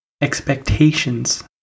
expectations